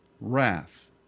wrath